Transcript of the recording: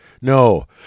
No